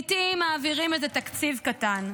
לעיתים מעבירים איזה תקציב קטן,